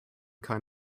kein